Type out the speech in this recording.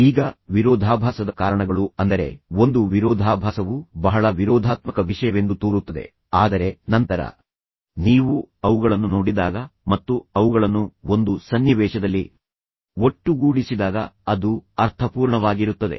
ಈಗ ವಿರೋಧಾಭಾಸದ ಕಾರಣಗಳು ಅಂದರೆ ಒಂದು ವಿರೋಧಾಭಾಸವು ಬಹಳ ವಿರೋಧಾತ್ಮಕ ವಿಷಯವೆಂದು ತೋರುತ್ತದೆ ಆದರೆ ನಂತರ ನೀವು ಅವುಗಳನ್ನು ನೋಡಿದಾಗ ಮತ್ತು ಅವುಗಳನ್ನು ಒಂದು ಸನ್ನಿವೇಶದಲ್ಲಿ ಒಟ್ಟುಗೂಡಿಸಿದಾಗ ಅದು ಅರ್ಥಪೂರ್ಣವಾಗಿರುತ್ತದೆ